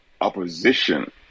opposition